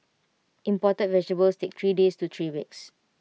imported vegetables take three days to three weeks